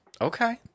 Okay